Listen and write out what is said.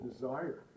desire